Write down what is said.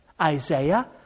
Isaiah